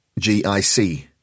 GIC